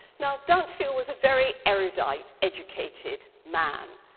now, dinteville was a very erudite, educated man.